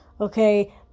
Okay